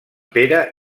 pere